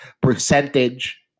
percentage